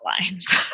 lines